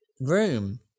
room